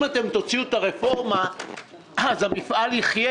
אם אתם תוציאו את הרפורמה לדרך אז המפעל יחיה